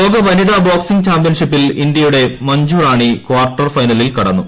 ലോകവനിത boxing ചാമ്പ്യൻഷിപ്പിൽ ഇന്ത്യയുടെ Manju Rani quarter ഫൈനലിൽ കടന്നു